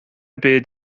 byd